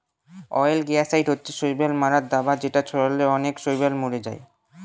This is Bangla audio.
অয়েলগেসাইড হচ্ছে শৈবাল মারার দাবা যেটা ছড়ালে অনেক শৈবাল মরে যায়